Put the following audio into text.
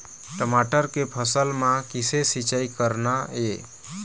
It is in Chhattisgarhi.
टमाटर के फसल म किसे सिचाई करना ये?